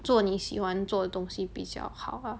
做你喜欢做的东西比较好啊